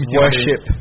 worship